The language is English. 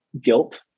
guilt